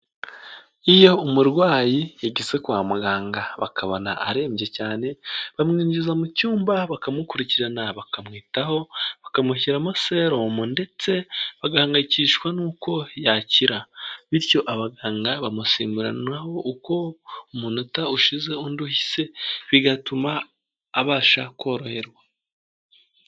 Iyo umurwayi yageze kwa muganga bakabona arembye cyane bamwinjiza mu cyumba bakamukurikirana bakamwitaho bakamushyiramo salumo ndetse bagahangayikishwa n'uko yakira bityo abaganga bamusimburanwaho uko umunota ushize undi uhise bigatuma abasha koroherwa.